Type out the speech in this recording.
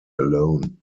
alone